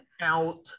out